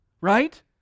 right